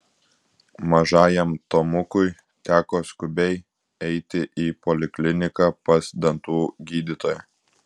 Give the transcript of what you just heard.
mažajam tomukui teko skubiai eiti į polikliniką pas dantų gydytoją